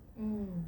mm